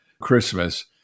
Christmas